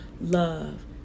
love